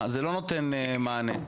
זה לא נותן מענה.